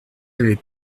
avait